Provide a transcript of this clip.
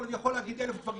אני יכול להגיד אלף דברים,